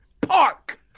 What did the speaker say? Park